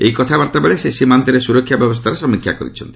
ଏହି କଥାବାର୍ତ୍ତା ବେଳେ ସେ ସୀମାନ୍ତରେ ସୁରକ୍ଷା ବ୍ୟବସ୍ଥାର ସମୀକ୍ଷା କରିଛନ୍ତି